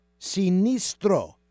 Sinistro